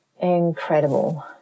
incredible